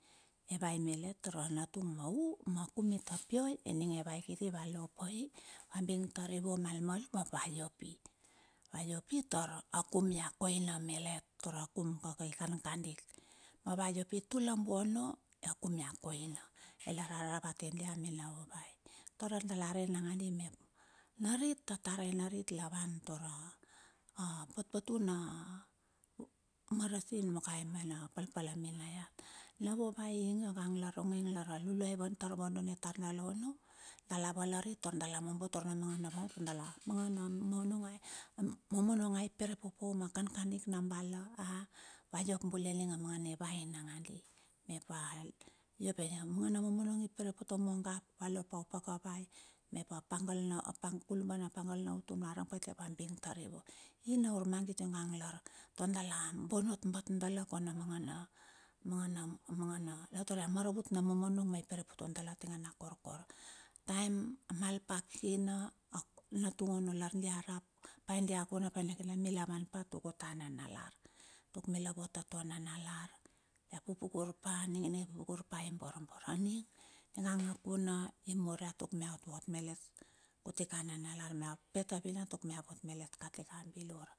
Evai melet tar a natung ma u na kum i topio ening e vai kiti va iopai, va bing tari vuamal malum ap va iopi. Va iopitar a kum ia koina melet. Tara kum kaka i kankandik. Ma va iopi tula buono ai a kum ia koina. Ai lar rara vate dia me na vovai tor a dala rei nanga di mep. Narit atare narit la van tora a patpatuna marasin mokae me na palpala minaiat. Na vovai ing io gang lar onge lar a luluai vadone tar dala ono. Dala valari tar dala mombo tar na mangana momonong, manga na momonong a i perepopou ma kan kandik na bala a? Va iop bule emengene vai nangadi. Mep a iove, mangana momonong a i perepote ogap. Valo pa opaka vai. Mep a pangal na kuluban a utun, va rang pa i ai va bing tari. Ingna urmagit ning gang lar tor dala bonot bat dala kona mangana mangana mangana e tor ia maravut na momonong ma i perepote dala tinge na korkor. A taem a malpa kikina. Ap natung ono lar dia rap. Ai dia mi la vanpa tuk utua nanalar. Tuk mila vot a tua nanalar, dia pupukur pa aning ininge ipupukurpa i borbor. Aningang a kuna imur ia tuk mia ot vot mele kutika nanalar, mia pet a vinan tuk mia ot vot malet katika bilur.